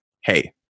Hey